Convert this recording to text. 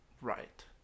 right